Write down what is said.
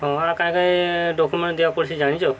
ହଁ କାଇଁ କାଇଁ ଡକ୍ୟୁମେଣ୍ଟ ଦେବାକେ ପଡ଼୍ସି ଜାଣିଛ